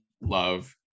love